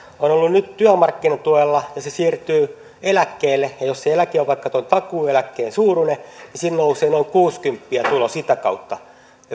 on ollut nyt työmarkkinatuella ja se siirtyy eläkkeelle ja jos se eläke on vaikka tuon takuueläkkeen suuruinen niin sillä nousee noin kuusikymppiä tulo sitä kautta